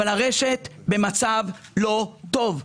הרשת במצב לא טוב,